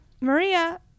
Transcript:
Maria